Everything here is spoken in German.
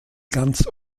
ganz